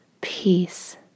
peace